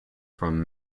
from